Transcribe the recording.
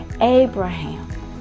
Abraham